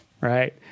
right